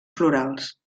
florals